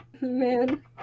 Man